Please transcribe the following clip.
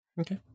Okay